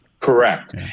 Correct